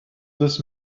this